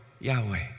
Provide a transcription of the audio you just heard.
Yahweh